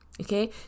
okay